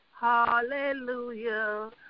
hallelujah